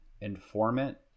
informant